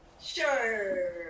Sure